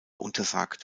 untersagt